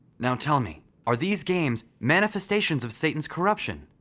now tell me, are these games manifestations of satan's corruption?